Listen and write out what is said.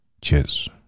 Cheers